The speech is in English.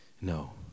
No